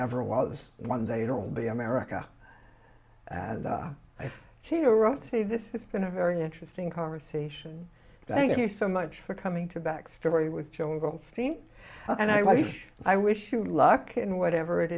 never was one day it'll be america as i see you wrote say this it's been a very interesting conversation thank you so much for coming to backstory with joel goldstein and i wish i wish you luck in whatever it